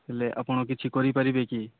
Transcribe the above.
ହେଲେ ଆପଣ କିଛି କରିପାରିବେ କି